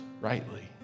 rightly